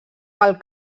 pel